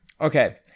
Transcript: Okay